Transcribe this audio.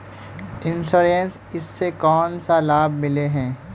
Insurance इस से कोन सा लाभ मिले है?